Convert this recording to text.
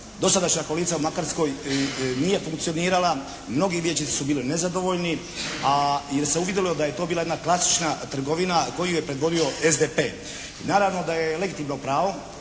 dosadašnja koalicija u Makarskoj nije funkcionirala, mnogi vijećnici su bili nezadovoljni, jer se uvidjelo da je to bila jedna klasična trgovina koju je predvodio SDP. I naravno da je legitimno pravo